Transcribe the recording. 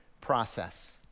process